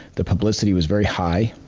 the publicity was very high,